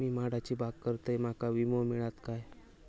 मी माडाची बाग करतंय माका विमो मिळात काय?